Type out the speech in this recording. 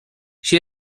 she